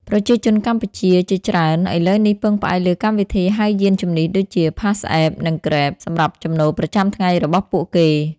ប្រជាជនកម្ពុជាជាច្រើនឥឡូវនេះពឹងផ្អែកលើកម្មវិធីហៅយានជំនិះដូចជា PassApp និង Grab សម្រាប់ចំណូលប្រចាំថ្ងៃរបស់ពួកគេ។